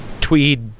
tweed